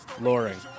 Loring